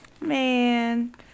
Man